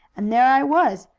and there i was,